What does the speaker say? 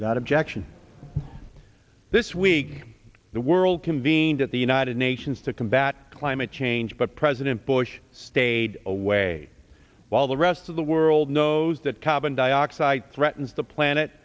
without objection this week the world convened at the united nations to combat climate change but president bush stayed away while the rest of the world knows that carbon dioxide threatens the planet